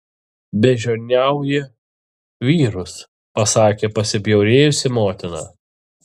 beždžioniauji vyrus pasakė pasibjaurėjusi motina